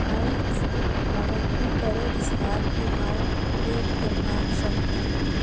आयज म्हाका खूब बरें दिसता की हांव केक करपाक शकतां म्हणून